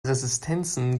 resistenzen